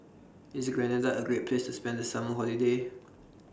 IS Grenada A Great Place to spend The Summer Holiday